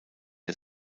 der